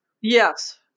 Yes